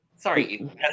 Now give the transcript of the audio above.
Sorry